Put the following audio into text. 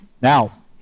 Now